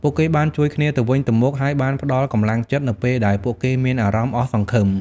ពួកគេបានជួយគ្នាទៅវិញទៅមកហើយបានផ្តល់កម្លាំងចិត្តនៅពេលដែលពួកគេមានអារម្មណ៍អស់សង្ឃឹម។